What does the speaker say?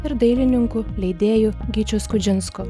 ir dailininkų leidėjų gyčiu skudžinsku